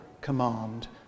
command